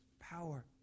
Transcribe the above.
power